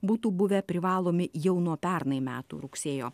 būtų buvę privalomi jau nuo pernai metų rugsėjo